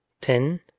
Ten